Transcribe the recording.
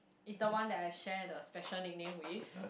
is the one that I share the special nickname with